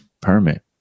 permit